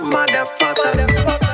Motherfucker